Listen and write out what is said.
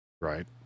right